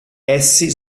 essi